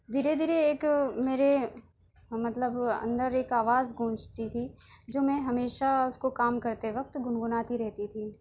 دھیرے دھیرے ایک میرے مطلب اندر ایک آواز گونجتی تھی جو میں ہمیشہ اس کو کام کرتے وقت گنگناتی رہتی تھی